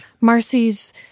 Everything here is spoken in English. Marcy's